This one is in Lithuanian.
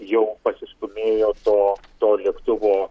jau pasistūmėjo to to lėktuvo